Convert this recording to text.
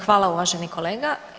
Hvala uvaženi kolega.